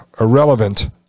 irrelevant